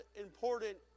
important